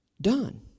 done